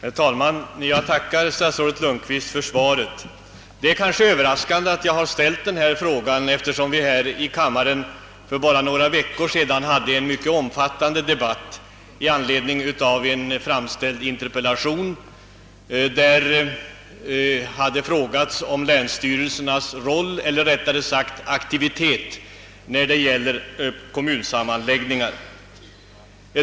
Herr talman! Jag tackar statsrådet Lundkvist för svaret. Det kanske kan synas överraskande att jag framställt denna fråga, eftersom vi bara för några veckor sedan hade en omfattande debatt här i kammaren i anledning av en interpellation, i vilken det frågats om länsstyrelsernas aktivitet när det gäller kommunsammanläggningar.